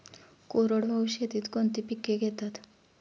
कोरडवाहू शेतीत कोणती पिके घेतात?